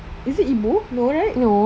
is it ibu no right